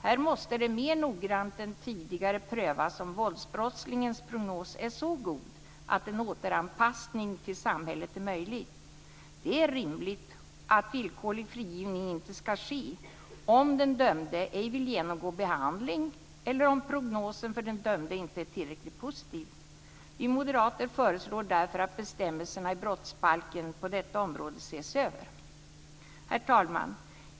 Här måste det mer noggrant än tidigare prövas om våldsbrottslingens prognos är så god att en återanpassning till samhället är möjlig. Det är rimligt att villkorlig frigivning inte ska ske om den dömde ej vill genomgå behandling eller om prognosen för den dömde inte är tillräckligt positiv. Vi moderater föreslår därför att bestämmelserna i brottsbalken på detta område ska ses över. Herr talman!